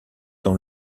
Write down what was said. dans